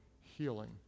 healing